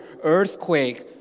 earthquake